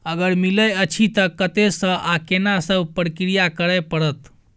अगर मिलय अछि त कत्ते स आ केना सब प्रक्रिया करय परत?